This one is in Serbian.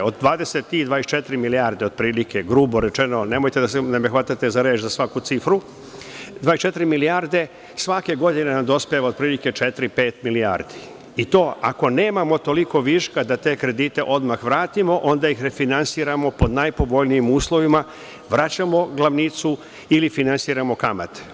Od 23,24 milijarde otprilike, grubo rečeno, nemojte da me hvatate za reč za svaku cifru, 24 milijarde, svake godine nam dospeva otprilike 4,5 milijardi i to ako nemamo toliko viška da te kredite odmah vratimo, onda ih refinansiramo pod najpovoljnijim uslovima, vraćamo glavnicu ili finansiramo kamate.